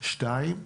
שניים,